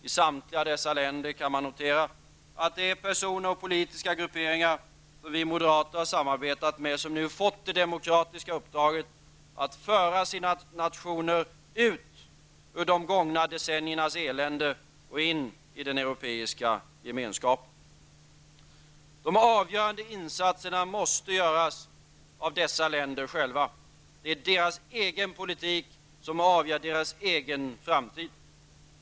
I samtliga dessa länder kan man notera att det är personer och politiska grupperingar som vi moderater har samarbetat med som nu fått det demokratiska uppdraget att föra sina nationer ut ur de gångna decenniernas elände och in i den europeiska gemenskapen. De avgörande insatserna måste göras av dessa länder själva. Deras egen politik avgör deras egen framtid.